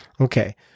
Okay